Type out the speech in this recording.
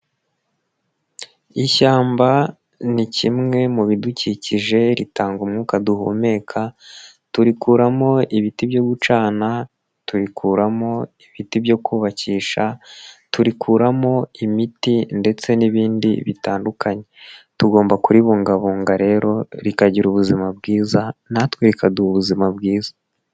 Ishyamba ni kimwe mu bidukikije ritanga umwuka duhumeka, turikuramo ibiti byo gucana, turikuramo ibiti byo kubakisha, turikuramo imiti ndetse n'ibindi bitandukanye, tugomba kuribungabunga rero, rikagira ubuzima bwiza natwe rikaduha ubuzima bwiza.